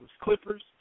Clippers